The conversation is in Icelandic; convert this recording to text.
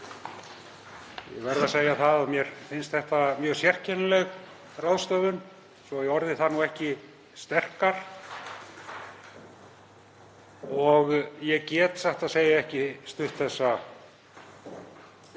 Ég verð að segja að mér finnst þetta mjög sérkennileg ráðstöfun, svo ég orði það nú ekki sterkar, og ég get satt að segja ekki stutt þessa aðgerð.